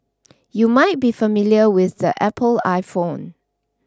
you might be familiar with the Apple iPhone